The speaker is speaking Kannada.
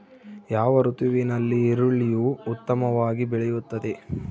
ಯಾವ ಋತುವಿನಲ್ಲಿ ಈರುಳ್ಳಿಯು ಉತ್ತಮವಾಗಿ ಬೆಳೆಯುತ್ತದೆ?